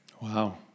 Wow